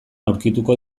aurkituko